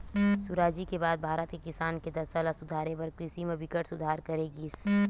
सुराजी के बाद भारत के किसान के दसा ल सुधारे बर कृषि म बिकट सुधार करे गिस